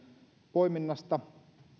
poiminnasta